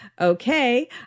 Okay